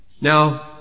Now